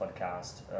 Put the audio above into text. podcast